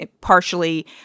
partially